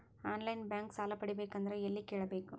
On line bank ಸಾಲ ಪಡಿಬೇಕಂದರ ಎಲ್ಲ ಕೇಳಬೇಕು?